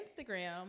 Instagram